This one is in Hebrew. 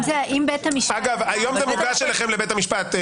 אגב, היום זה מוגש לבית המשפט.